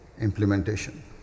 implementation